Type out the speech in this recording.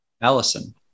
Allison